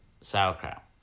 sauerkraut